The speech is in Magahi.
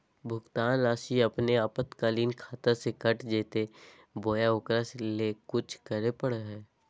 भुक्तान रासि अपने आपातकालीन खाता से कट जैतैय बोया ओकरा ले कुछ करे परो है?